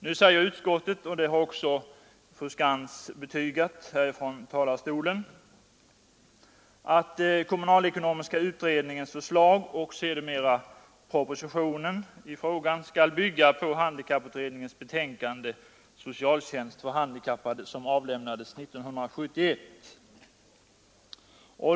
Nu anför utskottet, och det har också fru Skantz betygat från talarstolen, att kommunalekonomiska utredningens förslag — och sedermera propositionen i frågan — skall bygga på handikapputredningens betänkande Socialtjänst för handikappade, som avlämnades 1971.